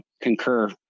concur